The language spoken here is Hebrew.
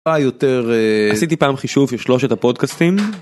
היותר אה.. עשיתי פעם חישוב של שלושת הפודקאסטים.